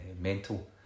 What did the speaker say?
mental